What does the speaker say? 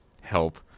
help